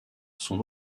son